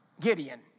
Gideon